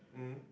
mm